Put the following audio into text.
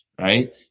Right